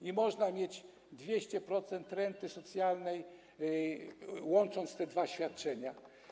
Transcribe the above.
I można mieć 200% renty socjalnej, łącząc te dwa świadczenia.